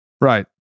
Right